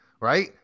right